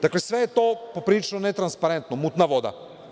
Dakle, sve je to poprilično netransparentno, mutna voda.